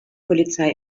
polizei